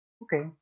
okay